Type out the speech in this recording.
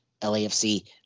LAFC